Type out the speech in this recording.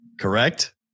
Correct